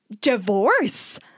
divorce